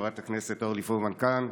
חברת הכנסת אורלי פרומן כאן,